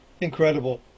Incredible